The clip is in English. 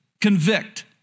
convict